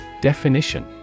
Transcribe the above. Definition